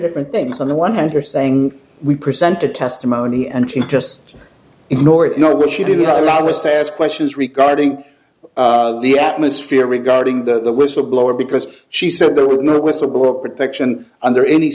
different things on the one hand her saying we presented testimony and she just ignore it you know but she didn't allow us to ask questions regarding the atmosphere regarding the whistleblower because she said there was no whistleblower protection under any